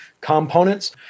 components